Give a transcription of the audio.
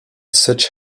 such